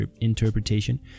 interpretation